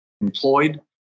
employed